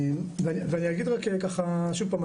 ואני אגיד רק ככה שוב פעם,